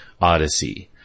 odyssey